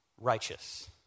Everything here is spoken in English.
righteous